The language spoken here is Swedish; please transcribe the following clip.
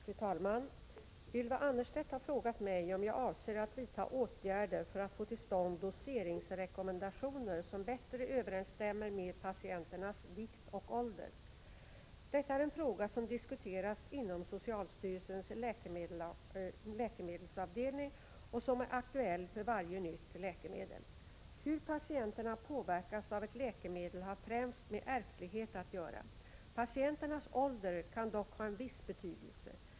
Fru talman! Ylva Annerstedt har frågat mig om jag avser att vidta åtgärder för att få till stånd doseringsrekommendationer som bättre överenstämmer med patienternas vikt och ålder. Detta är en fråga som diskuteras inom socialstyrelsens läkemedelsavdelning och som är aktuell för varje nytt läkemedel. Hur patienterna påverkas av ett läkemedel har främst med ärftlighet att göra. Patienternas ålder kan dock ha en viss betydelse.